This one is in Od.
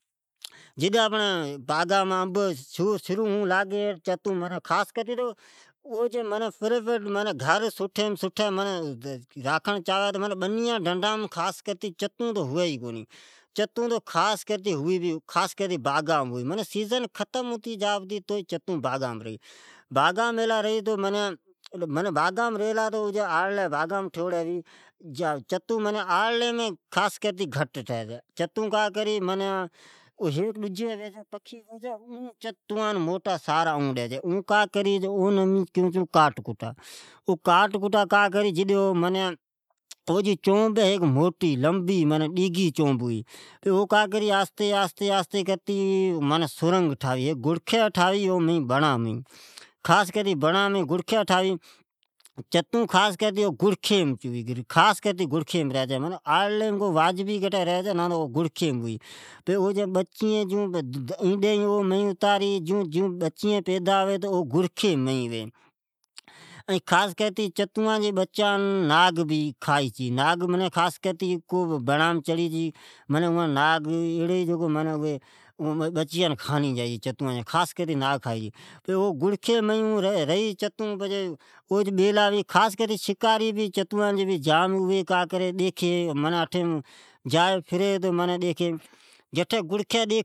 چتون خاص کرتے باغمین بیلا ھوی او بنیامین ڈجیان کو نی پر باگامین ریچھے ، اوجی آڑلی بھے باغامین ٹوھڑی ھوی او باگامین آپکی آڑل یمین گھٹ بیسوڑا ھوی، ھیک ڈجی پکھی ھے جکو چتوان موٹا سرا ڈی چھے او ھی کاٹھکٹا اوجی چونب ھی موٹے لابی اوس کرتے او کی بڑام گڑکھی ٹھاوی یا سرنگ ٹھاوی چھے پچھے چتون اٹھو ری چھے ۔ اوگڑکھی مین ایڈی ڈی این بچین موٹے کری چھی ۔این چتوان جی بچان ناگ کھاء چھے این سکاری بھے اوان جھالی چھے